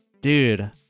dude